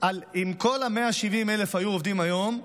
אם כל ה-170,000 היו עובדים היום,